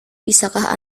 bisakah